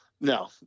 No